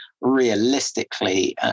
realistically